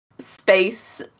space